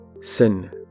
Sin